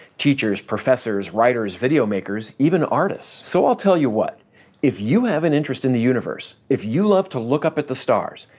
teachers, professors, writers, video makers, even artists. so i'll tell you what if you have an interest in the universe, if you love to look up at the stars,